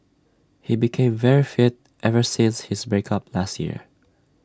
he became very fit ever since his break up last year